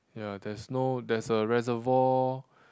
ya there's no there's a reservoir